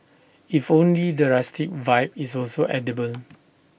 if only the rustic vibe is also edible